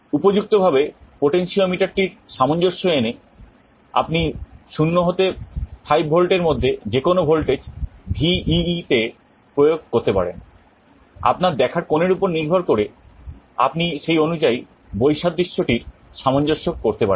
উপযুক্তভাবে পোটেনশিওমিটারটির সামঞ্জস্য এনে আপনি 0 হতে 5 V এর মধ্যে যে কোনো ভোল্টেজ VEE তে প্রয়োগ করতে পারেন আপনার দেখার কোণের উপর নির্ভর করে আপনি সেই অনুযায়ী বৈসাদৃশ্যটির সামঞ্জস্য করতে পারেন